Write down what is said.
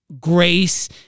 grace